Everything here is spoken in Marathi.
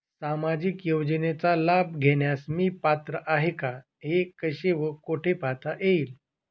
सामाजिक योजनेचा लाभ घेण्यास मी पात्र आहे का हे कसे व कुठे पाहता येईल?